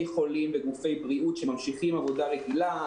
חולים וגופי בריאות שממשיכים עבודה רגילה.